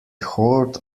horde